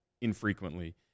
infrequently